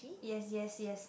yes yes yes